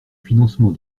financement